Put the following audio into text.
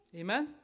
amen